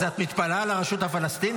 אז את מתפלאת על הרשות הפלסטינית?